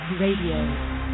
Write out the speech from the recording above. Radio